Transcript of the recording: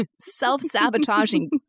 self-sabotaging